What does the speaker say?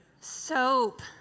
Soap